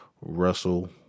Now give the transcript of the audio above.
Russell